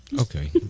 Okay